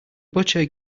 butcher